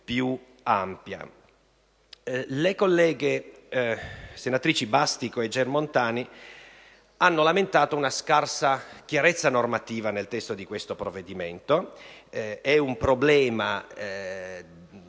Le colleghe senatrici Bastico e Germontani hanno lamentato una scarsa chiarezza normativa nel testo di questo provvedimento. È un problema che credo